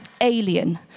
alien